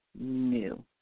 new